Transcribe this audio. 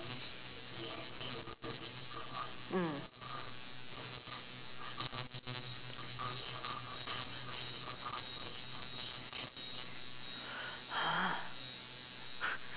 mm !huh!